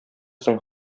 соң